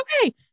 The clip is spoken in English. okay